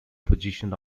position